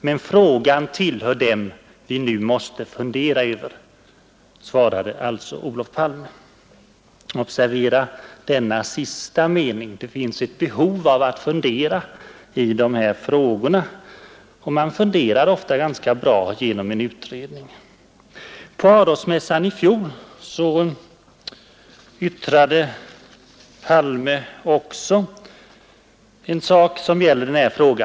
Men frågan tillhör dem vi nu måste fundera över.” Observera denna sista mening: Det finns ett behov att fundera i de här frågorna, och man funderar ofta ganska bra genom en utredning. På Arosmässan i fjol yttrade Palme också en sak som gäller denna fråga.